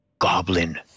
Goblin